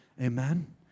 Amen